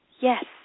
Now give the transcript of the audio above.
Yes